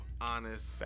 honest